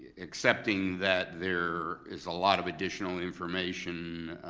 accepting that there is a lot of additional information,